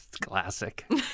Classic